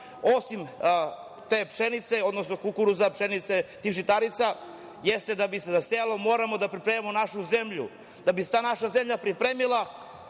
osim te pšenice, odnosno kukuruza, pšenice, tih žitarica jeste da bi se zasejalo moramo da pripremimo našu zemlju. Da bi se ta naša zemlja pripremila